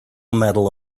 medal